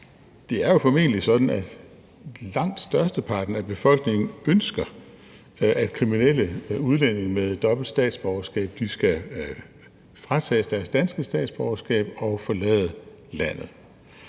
at det formentlig er sådan, at langt størsteparten af befolkningen ønsker, at kriminelle udlændinge med dobbelt statsborgerskab skal fratages deres danske statsborgerskab og forlade landet.